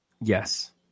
Yes